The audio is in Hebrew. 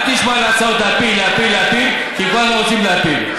אל תשמע להצעות: להפיל, להפיל, להפיל,